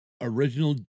original